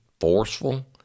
Forceful